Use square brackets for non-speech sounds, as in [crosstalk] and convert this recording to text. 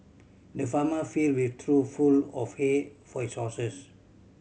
the farmer filled [unintelligible] trough full of hay for his horses